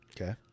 Okay